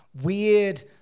weird